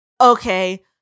Okay